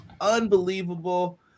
Unbelievable